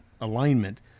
alignment